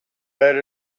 bet